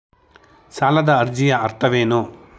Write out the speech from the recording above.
ಸಾಲದ ಅರ್ಜಿಯ ಅರ್ಥವೇನು?